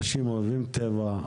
אנשים אוהבים טבע,